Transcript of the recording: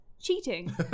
Cheating